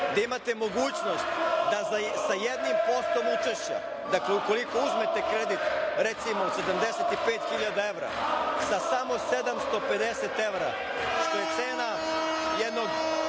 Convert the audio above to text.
da imate mogućnost da sa 1% učešća, dakle ukoliko uzmete kredit, recimo od 75.000 evra sa samo 750 evra, što je cena jednog